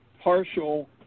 partial